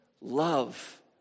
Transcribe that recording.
Love